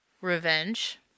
revenge